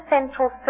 Central